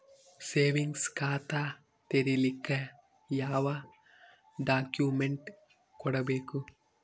Savings ಖಾತಾ ತೇರಿಲಿಕ ಯಾವ ಡಾಕ್ಯುಮೆಂಟ್ ಕೊಡಬೇಕು?